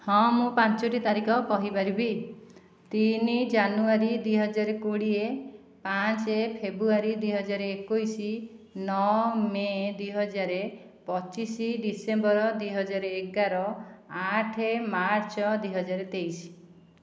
ହଁ ମୁଁ ପାଞ୍ଚଟି ତାରିଖ କହିପାରିବି ତିନି ଜାନୁଆରୀ ଦୁଇ ହଜାର କୋଡ଼ିଏ ପାଞ୍ଚ ଫେବୃଆରୀ ଦୁଇ ହଜାର ଏକୋଇଶ ନଅ ମେ ଦୁଇ ହଜାର ପଚିଶ ଡିସେମ୍ବର ଦୁଇ ହଜାର ଏଗାର ଆଠ ମାର୍ଚ୍ଚ ଦୁଇ ହଜାର ତେଇଶ